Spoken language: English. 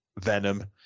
venom